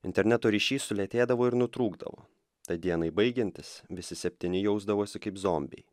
interneto ryšys sulėtėdavo ir nutrūkdavo tad dienai baigiantis visi septyni jausdavosi kaip zombiai